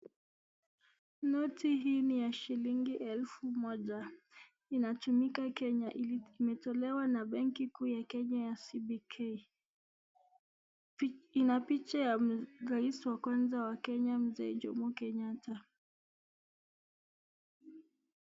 Noti hii ni ya shilingi elfu moja, inatumika Kenya. Imetolewa na benki kuu ya Kenya ya CBK. Ina picha ya rais wa kwanza wa Kenya mzee Jomo Kenyatta.